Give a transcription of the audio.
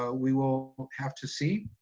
ah we will will have to see.